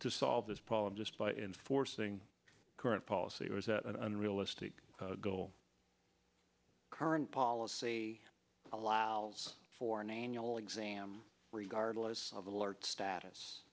solve this problem just by enforcing current policy or is that an unrealistic goal current policy allows for an annual exam regardless of alert status